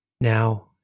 Now